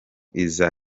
iza